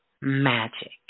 magic